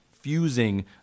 fusing